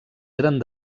eren